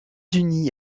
unis